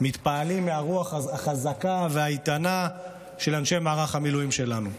אנו מתפעמים מהרוח החזקה והאיתנה של אנשי מערך המילואים שלנו,